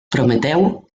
prometeu